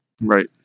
Right